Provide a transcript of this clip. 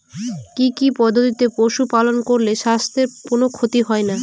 কি কি পদ্ধতিতে পশু পালন করলে স্বাস্থ্যের কোন ক্ষতি হয় না?